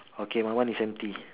okay my one is empty